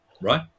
right